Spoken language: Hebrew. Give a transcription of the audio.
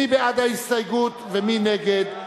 מי בעד ההסתייגות ומי נגד?